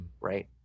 right